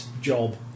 job